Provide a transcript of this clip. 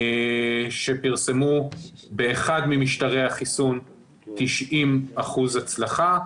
שפרסמו באחד ממשטרי החיסון 90% הצלחה,